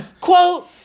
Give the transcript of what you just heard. Quote